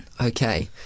okay